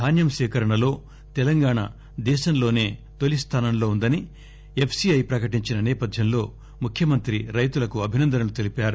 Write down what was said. ధాన్యం సేకరణలో తెలంగాణ దేశంలోనే తొలిస్దానంలో ఉందని ఎఫ్సీఐ ప్రకటించిన నేపథ్యంలో ముఖ్యమంత్రి రైతులకు అభినందనలు తెలిపారు